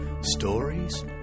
stories